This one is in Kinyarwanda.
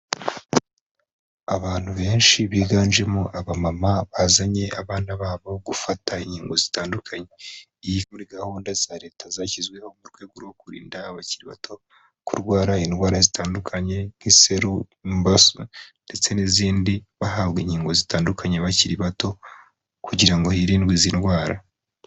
Abantu benshi biganjemo abamama bazanye abana babo gufata inkingo zitandukanye, iyi iri muri gahunda za leta zashyizweho mu rwego rwo kurinda abakiri bato kurwara indwara zitandukanye nk'iseru, imbasa ndetse n'izindi, bahabwa inkingo zitandukanye bakiri bato kugira ngo hirindwe izi ndwara.